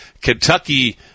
Kentucky